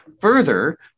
Further